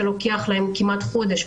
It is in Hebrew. שלוקח להם כמעט חודש,